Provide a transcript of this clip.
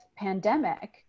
pandemic